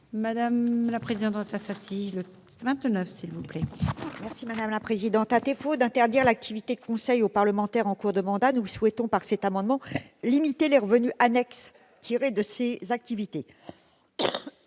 Mme Éliane Assassi. À défaut d'interdire l'activité de conseil aux parlementaires en cours de mandat, nous souhaitons, au travers de cet amendement, limiter les revenus annexes tirés de ces activités.